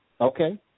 Okay